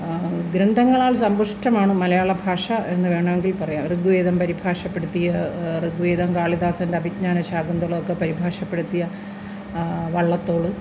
ഗ്രന്ഥങ്ങളാൽ സമ്പുഷ്ടമാണ് മലയാളഭാഷ എന്ന് വേണമെങ്കില് പറയാം ഋഗ്വേദം പരിഭാഷപ്പെടുത്തിയ ഋഗ്വേദം കാളിദാസന്റ അഭിജ്ഞാന ശാകുന്തളമൊക്കെ പരിഭാഷപ്പെടുത്തിയ വള്ളത്തോള്